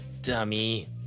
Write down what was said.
dummy